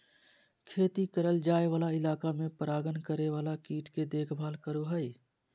खेती करल जाय वाला इलाका में परागण करे वाला कीट के देखभाल करो हइ